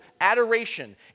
adoration